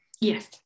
Yes